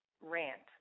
rant